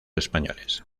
españoles